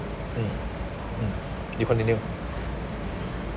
mm mm you continue